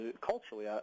culturally